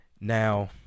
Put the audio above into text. Now